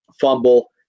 fumble